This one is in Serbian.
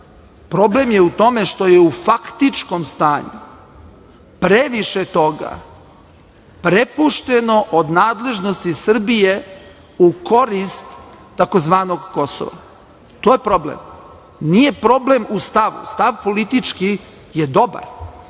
dela. Problem je u tome što je u faktičkom stanju previše toga prepušteno od nadležnosti Srbije u korist tzv. Kosova. To je problem. Nije problem u stavu. Stav politički je dobar.